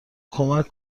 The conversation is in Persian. کمک